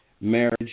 marriage